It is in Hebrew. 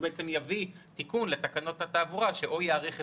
שיביא תיקון לתקנות התעבורה שיאריך את